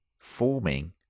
forming